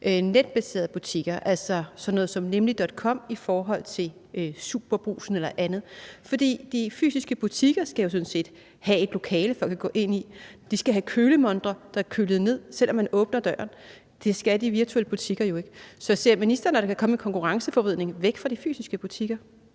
netbaserede butikker, altså til sådan noget som nemlig.com. For de fysiske butikker skal jo sådan set have et lokale, som folk kan gå ind i, og de skal have kølemontre, der er kølet ned, selv om man åbner døren. Det skal de virtuelle butikker jo ikke. Så ser ministeren, at der kan komme en konkurrenceforvridning, hvor folk går væk fra de fysiske butikker?